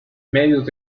medios